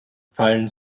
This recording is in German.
fallen